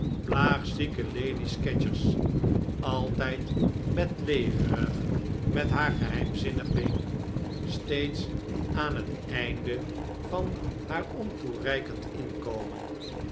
plaagzieke lady scadgers altijd bedlegerig met haar geheimzinnig been steeds aan het einde van haar ontoereikend inkomen